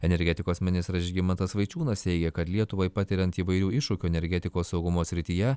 energetikos ministras žygimantas vaičiūnas teigia kad lietuvai patiriant įvairių iššūkių energetikos saugumo srityje